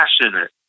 passionate